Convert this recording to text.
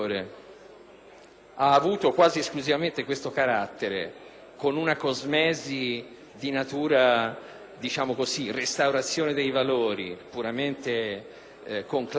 ha avuto quasi esclusivamente questo carattere, con una cosmesi di restaurazione dei valori puramente conclamata,